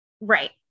Right